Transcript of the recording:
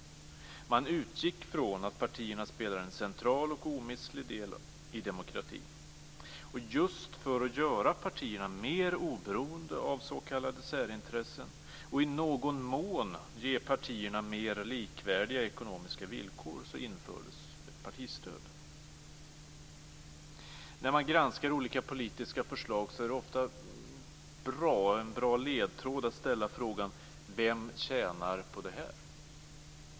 Man utgick från att partierna har en central och omistlig del i demokratin. Och just för att göra partierna mer oberoende av s.k. särintressen och i någon mån ge partierna mer likvärdiga ekonomiska villkor infördes ett partistöd. När man granskar olika politiska förslag är det ofta en bra ledtråd att ställa frågan: Vem tjänar på detta?